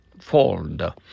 Fold